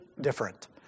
different